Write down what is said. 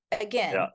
Again